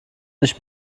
nicht